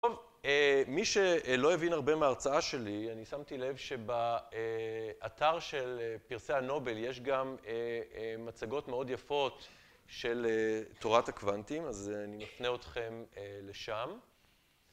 טוב, מי שלא הבין הרבה מההרצאה שלי, אני שמתי לב שבאתר של פרסי הנובל יש גם מצגות מאוד יפות של תורת הקוונטים, אז אני נפנה אתכם לשם.